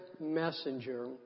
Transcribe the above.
messenger